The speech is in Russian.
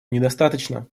недостаточно